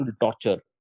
torture